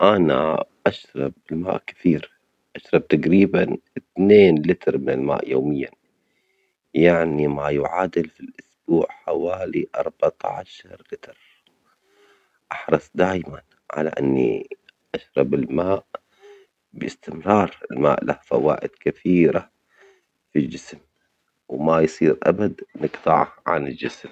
أنا أشرب الماء كثير، أشرب تجريبًا اثنين لتر من الماء يوميًا يعني ما يعادل في الأسبوع حوالي أربعتاشر لتر، أحرص دائمًا على أن أشرب الماء باستمرار، الماء له فوائد كثرة للجسم و ما يصير أبدًا نجطعه عن الجسم.